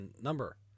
number